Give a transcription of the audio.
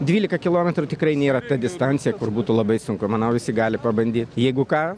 dvylika kilometrų tikrai nėra ta distancija kur būtų labai sunku manau visi gali pabandyt jeigu ką